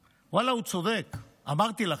ואללה, הוא צודק, אמרתי לכם.